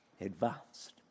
advanced